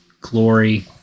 glory